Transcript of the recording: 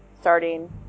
starting